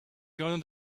garden